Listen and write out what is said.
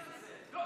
לא,